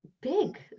big